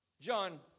John